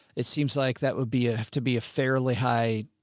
it seems like that would be a, have to be a fairly high.